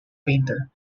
painter